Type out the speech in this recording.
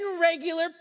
regular